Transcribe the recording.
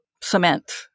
cement